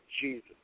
Jesus